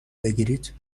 بگیرید